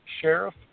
Sheriff